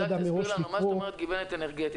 ידע מראש לקרוא -- מה זאת אומרת "גיבנת אנרגטית"?